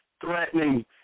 threatening